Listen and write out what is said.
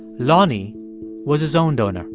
lonnie was his own donor